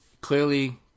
clearly